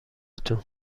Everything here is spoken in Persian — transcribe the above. تون